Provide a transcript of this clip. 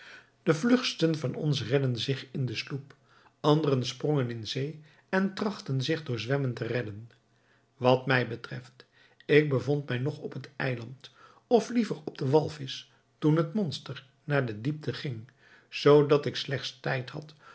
de vlugsten van ons redden zich in de sloep anderen sprongen in zee en trachten zich door zwemmen te redden wat mij betreft ik bevond mij nog op het eiland of liever op den walvisch toen het monster naar de diepte ging zoodat ik slechts tijd had